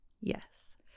Yes